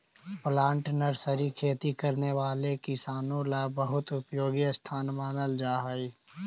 plant nursery खेती करने वाले किसानों ला बहुत उपयोगी स्थान मानल जा हई